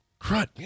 crud